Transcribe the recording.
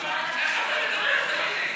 איך אתה מדבר, תגיד לי?